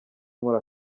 nkora